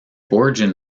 origin